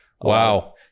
Wow